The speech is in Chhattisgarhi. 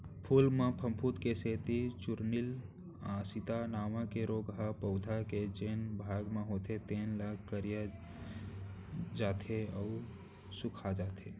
फूल म फफूंद के सेती चूर्निल आसिता नांव के रोग ह पउधा के जेन भाग म होथे तेन ह करिया जाथे अउ सूखाजाथे